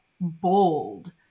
bold